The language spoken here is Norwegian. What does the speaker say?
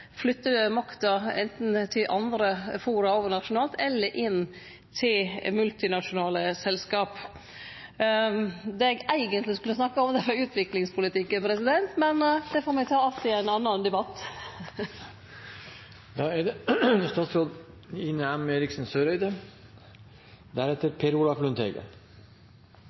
flytter makta anten til andre fora overnasjonalt eller inn til multinasjonale selskap. Det eg eigentleg skulle snakke om, er utviklingspolitikken, men det får me ta att i ein annan debatt. På tampen av debatten er det